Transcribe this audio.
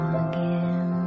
again